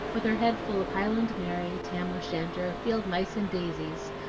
with her head full of highland mary, tam o' shanter, field-mice and daisies,